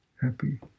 happy